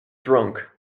drunk